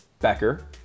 Becker